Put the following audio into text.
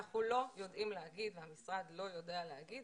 אנחנו לא יודעים להגיד והמשרד לא יודע להגיד